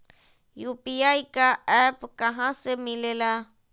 UPI का app कहा से मिलेला?